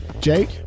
Jake